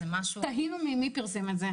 תהינו מי פרסם את זה.